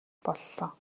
боллоо